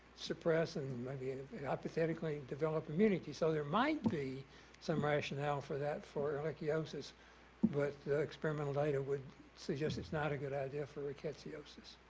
suppressed and and might be apathetically develop immunity. so there might be some rationale for that for ehrlichiosis with but experimental data would suggest it's not a good idea for rickettsiosis.